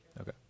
Okay